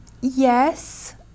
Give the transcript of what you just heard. Yes